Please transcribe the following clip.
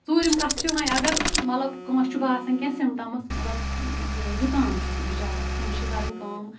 ژوٗرِم کَتھ چھِ وۄنۍ اگر مطلب کٲنٛسہِ چھُ باسان کیٚنٛیی سِمپٹمز مطلب زُکام چھُس بِچارَس تٔمِس چھ کَرٕنۍ کٲم